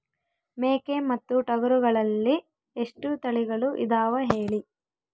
ಮೇಕೆ ಮತ್ತು ಟಗರುಗಳಲ್ಲಿ ಎಷ್ಟು ತಳಿಗಳು ಇದಾವ ಹೇಳಿ?